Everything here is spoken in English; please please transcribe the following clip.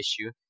issue